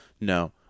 no